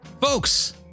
folks